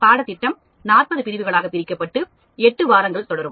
பாடத்திட்டம் 40 பிரிவுகளாக பிரிக்கப்பட்டு எட்டு வாரங்கள் தொடரும்